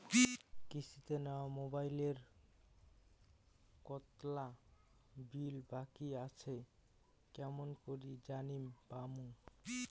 কিস্তিতে নেওয়া মোবাইলের কতোলা বিল বাকি আসে কেমন করি জানিবার পামু?